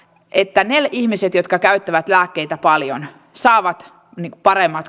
v i tänään ihmiset jotka käyttävät lääkkeitä paljon saavat paremmat